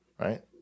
Right